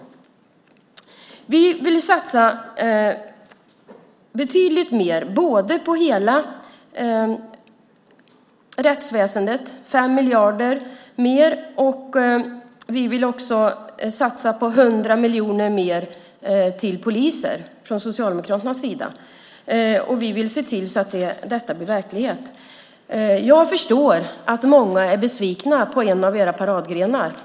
Från Socialdemokraternas sida vill vi satsa betydligt mer på hela rättsväsendet - 5 miljarder mer - och 100 miljoner mer till poliser. Vi vill se till att det blir verklighet. Jag förstår att många är besvikna på en av era paradgrenar.